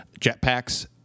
Jetpacks